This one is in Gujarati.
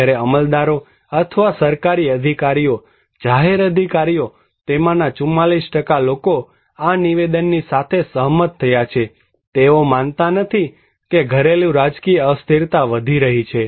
જ્યારે અમલદારો અથવા સરકારી અધિકારીઓ જાહેર અધિકારીઓ તેમાંના 44 લોકો આ નિવેદનની સાથે સહમત થયા છે તેઓ માનતા નથી કે ઘરેલુ રાજકીય અસ્થિરતા વધી રહી છે